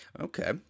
Okay